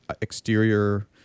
exterior